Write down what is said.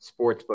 Sportsbook